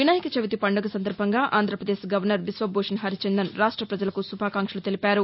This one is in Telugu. వినాయక చవితి పండుగ సందర్బంగా ఆంధ్రప్రదేశ్ గవర్నర్ బిశ్వభూషణ్ హరిచందన్ రాష్ట పజలకు శుభాకాంక్షలు తెలిపారు